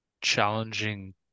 challenging